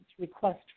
request